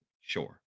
sure